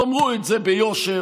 תאמרו את זה ביושר,